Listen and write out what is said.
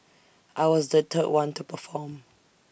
I was the third one to perform